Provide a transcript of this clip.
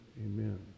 Amen